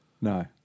no